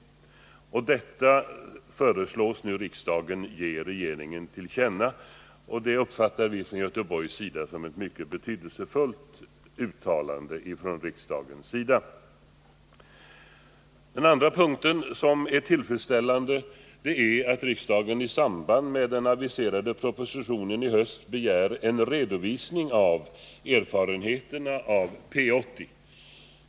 Vad utskottet anfört föreslås riksdagen ge regeringen till känna, och det uppfattar vi från Göteborgs sida som ett mycket betydelsefullt uttalande. Den andra punkt som är tillfredsställande är att riksdagen begär att i samband med den aviserade propositionen i höst få en redovisning av erfarenheterna av Projekt 80.